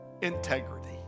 integrity